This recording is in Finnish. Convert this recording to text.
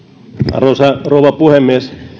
arvoisa rouva puhemies